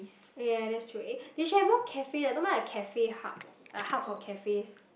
ya that's true eh they should more cafe leh I don't mind a cafe hub eh like hub for cafes